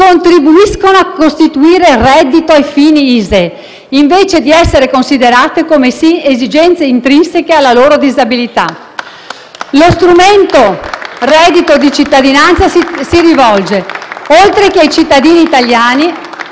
contribuiscono a costituire il reddito ai fini ISEE, invece di essere considerate come esigenze intrinseche alla loro disabilità. *(Applausi dal Gruppo FI-BP)*. Lo strumento «reddito di cittadinanza» si rivolge, oltre che ai cittadini italiani,